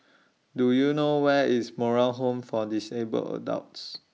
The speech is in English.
Do YOU know Where IS Moral Home For Disabled Adults